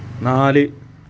നാല്